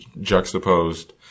juxtaposed